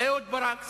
אהוד ברק,